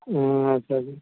అదే అండి